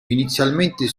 inizialmente